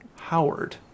Howard